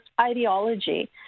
ideology